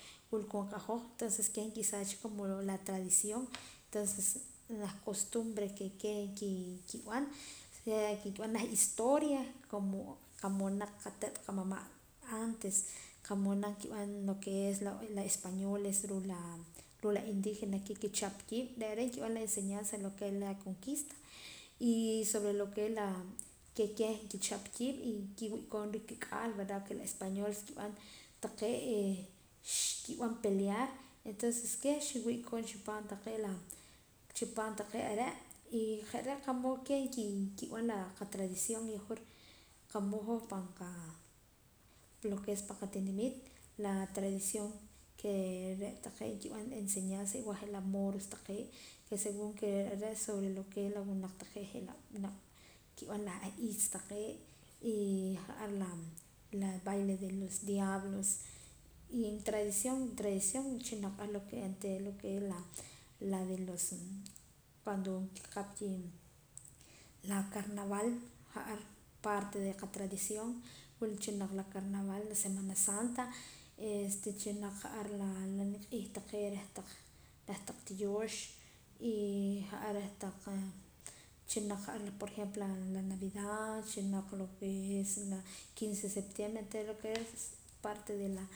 Wulkoon qahoj tonces keh nkisaa cha como la tradición tonces naj costumbre ke ke kib'an o sea ke kib'an naj historia como qa'mood naq qate't qamama' antes qa'mood naq kib'an lo ke es la españoles ruu' la ruu' la indígenas ke kichap kiib' re're nkib'an la enseñanza lo ke es la conquista y sobre lo que es la ke keh kichap kiib' inkiwi' koon ruu' kik'al verdad que la españoles kib'an taqee' he xkib'an pelear entonces keh xi'wii' koon chipaam taqee' laa' chipaam taqee' are' y je're' qa'mood keh kin kib'an la qatradición yahwur qa'mood hoj pan qa lo ke es pan qatinimiit la tradición ke re' taqee' nikib'an enseñanza igual je' la moros taqee' ke según ke rere' sobre lo es en la wunaq taqee' je'laa' naq nkib'an la ahiitz taqee' ee ja'ar la la baile de los diablos y en tradición en tradición chilnaq ar lo ke onteera lo ke es la la de los cuando kiqap ki la carnaval ja'ar parte de qatradición wulcha naq la carnaval la semana santa este chilnaq ja'ar la la nimq'iij taqee' reh taq reh taq tiyoox ee ja'ar reh taqa chilnaq ja'ar la por ejemplo la navidad chilnaq lo ke es quince de septiembre onteera lo ke es parte de la